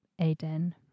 Aden